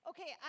Okay